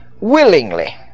willingly